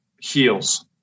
heals